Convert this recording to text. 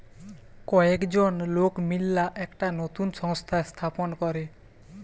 কয়েকজন লোক মিললা একটা নতুন সংস্থা স্থাপন করে